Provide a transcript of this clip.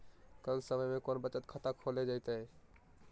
कम समय में कौन बचत खाता खोले जयते?